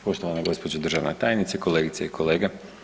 Poštovana gospođo državna tajnice, kolegice i kolege.